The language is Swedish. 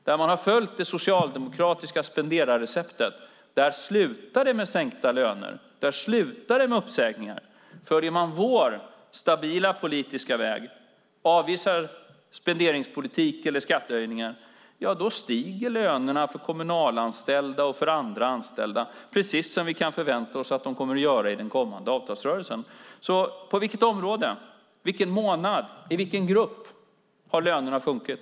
Där man har följt det socialdemokratiska spenderreceptet slutar det med sänkta löner. Där slutar det med uppsägningar. Följer man vår stabila politiska väg och avvisar spenderingspolitik eller skattehöjningar stiger lönerna för kommunalanställda och för andra anställda, precis som vi kan förvänta oss att de kommer att göra i den kommande avtalsrörelsen. På vilket område, under vilken månad och i vilken grupp har lönerna sjunkit?